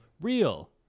real